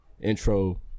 intro